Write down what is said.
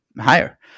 higher